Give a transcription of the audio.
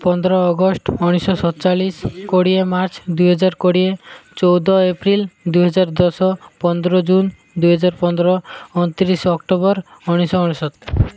ପନ୍ଦର ଅଗଷ୍ଟ ଉଣେଇଶିଶହ ସତଚାଳିଶି କୋଡ଼ିଏ ମାର୍ଚ୍ଚ ଦୁଇହଜାର କୋଡ଼ିଏ ଚଉଦ ଏପ୍ରିଲ ଦୁଇହଜାର ଦଶ ପନ୍ଦର ଜୁନ ଦୁଇହଜାର ପନ୍ଦର ଅଣତିରିଶି ଅକ୍ଟୋବର ଉଣେଇଶିଶହ ଅନେଶତ